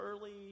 early